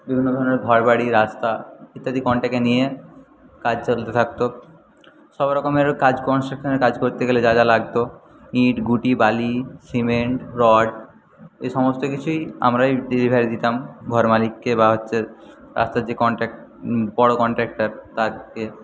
বিভিন্ন ধরনের ঘরবাড়ি রাস্তা ইত্যাদি কন্টাক্টে নিয়ে কাজ চলতে থাকত সব রকমের কাজ কনস্ট্রাকশনের কাজ করতে গেলে যা যা লাগত ইট গুটি বালি সিমেন্ট রড এই সমস্ত কিছুই আমরাই ডেলিভারি দিতাম ঘর মালিককে বা হচ্ছে রাস্তার যে কন্টাক্ট বড় কন্ট্রাক্টর তাদের